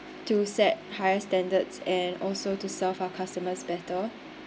to set higher standards and also to serve our customers better